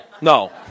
no